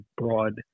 broad